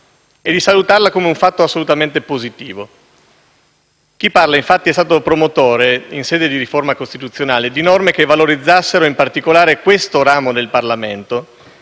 e di salutarla come un fatto assolutamente positivo. Chi parla, infatti, è stato promotore, in sede di riforma costituzionale, di norme che valorizzassero, in particolare questo ramo del Parlamento,